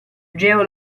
geo